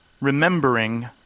Remembering